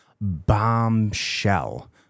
bombshell